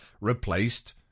replaced